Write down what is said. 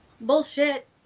bullshit